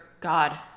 God